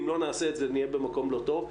אם לא נעשה את זה נהיה במקום לא טוב.